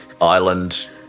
island